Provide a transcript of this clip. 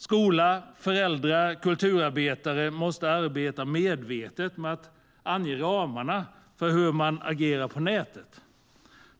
Skolan, föräldrar och kulturarbetare måste arbeta medvetet med att ange ramarna för hur man agerar på nätet.